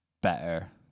better